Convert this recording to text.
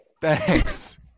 Thanks